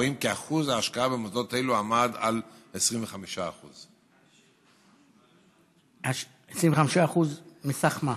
רואים כי אחוז ההשקעה במוסדות אלו עמד על 25%. 25% מסך מה?